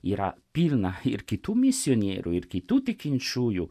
yra pilna ir kitų misionierių ir kitų tikinčiųjų